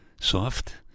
soft